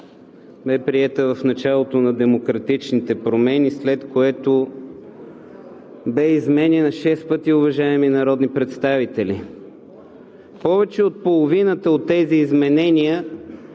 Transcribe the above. бе приета в началото на демократичните промени, след което бе изменяна шест пъти, уважаеми народни представители. Повече от половината от тези изменения